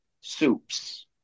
soups